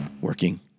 working